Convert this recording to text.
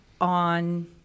on